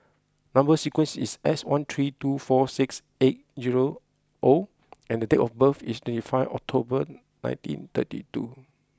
number sequence is S one three two four six eight zero O and date of birth is twenty five October nineteen thirty two